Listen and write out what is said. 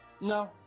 no